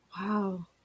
Wow